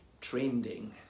trending